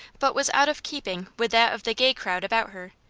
but was out of keeping with that of the gay crowd about her,